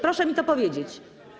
Proszę mi to powiedzieć.